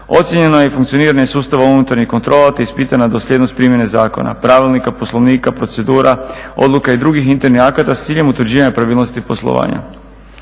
Ocijenjeno je i funkcioniranje sustava unutarnjih kontrola te ispitana dosljednost primjene zakona, pravilnika, poslovnika, procedura, odluka i drugih internih akata s ciljem utvrđivanja pravilnosti poslovanja.